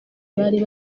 bari